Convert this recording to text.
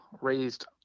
raised